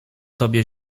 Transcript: tobie